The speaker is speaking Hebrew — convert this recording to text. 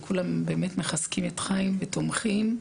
כולם באמת מחזקים את חיים ותומכים,